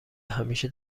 همیشه